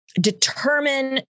determine